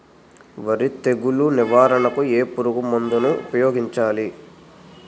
వరి తెగుల నివారణకు ఏ పురుగు మందు ను ఊపాయోగించలి?